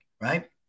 right